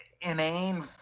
inane